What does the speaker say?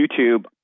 YouTube